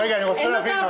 אני רוצה להבין.